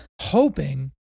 hoping